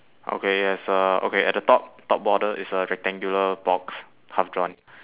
okay yes uh okay at the top top border is a rectangular box half drawn